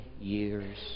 years